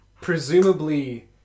presumably